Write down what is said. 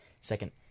second